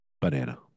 banana